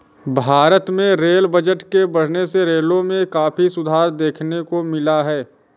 भारत में rail budget के बढ़ने से रेलों में काफी सुधार देखने को मिला है